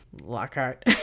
Lockhart